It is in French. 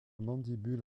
mandibule